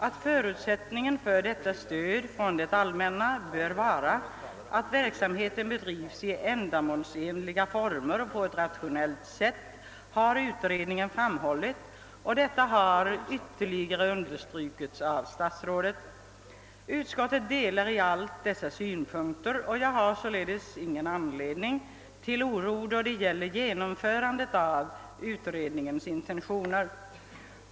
Att förutsättningen för detta stöd från det allmänna bör vara att verksamheten bedrivs i ändamålsenliga former och på ett rationellt sätt, har utredningen framhållit, och detta har ytterligare understrukits av statsrådet. Utskottet delar i allt dessa synpunkter, och jag har således ingen anledning till oro då det gäller genomförandet av utredningens intentioner.